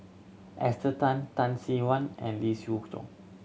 Esther Tan Tan Sin Aun and Lee Siew Choh